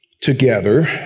together